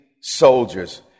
soldiers